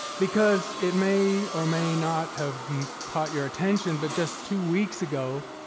because it may or may not have caught your attention, but just two weeks ago,